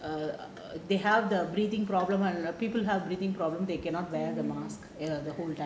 err they have the breathing problems people have breathing problem they cannot wear the mask the whole time